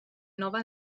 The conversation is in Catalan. nova